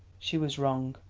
she was wrong.